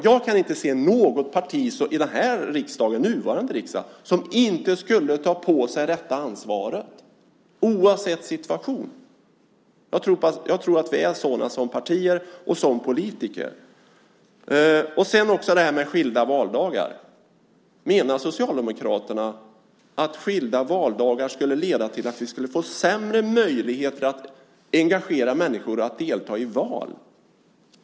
Jag kan inte se något parti i den nuvarande riksdagen som inte skulle ta på sig det ansvaret, oavsett situation. Jag tror att vi är sådana partier och sådana politiker. När det gäller skilda valdagar: Menar Socialdemokraterna att skilda valdagar skulle leda till att vi skulle få sämre möjligheter att engagera människor att delta i val?